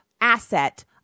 asset